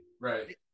right